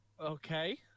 okay